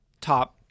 top